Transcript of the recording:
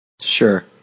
Sure